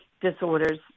disorders